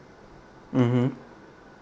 mmhmm